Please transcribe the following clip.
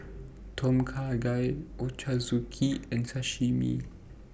Tom Kha Gai Ochazuke and Sashimi